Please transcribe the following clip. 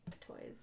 toys